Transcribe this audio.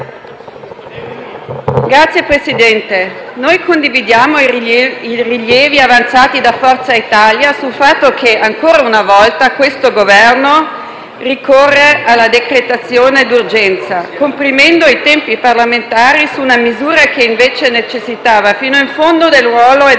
Signor Presidente, condividiamo i rilievi avanzati da Forza Italia sul fatto che, ancora una volta, questo Governo ricorre alla decretazione d'urgenza, comprimendo i tempi parlamentari su una misura che invece necessitava fino in fondo del ruolo e del lavoro del Parlamento.